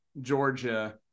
Georgia